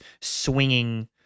swinging